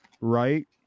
right